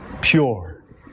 pure